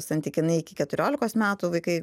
santykinai iki keturiolikos metų vaikai